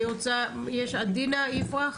אני רוצה לעבור עכשיו לעדינה איפרח,